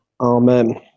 Amen